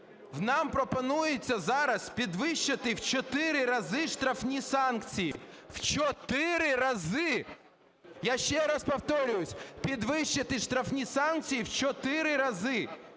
нам пропонується зараз підвищити в 4 рази штрафні санкції, в 4 рази, я ще раз повторююсь, підвищити штрафні санкції в 4 рази.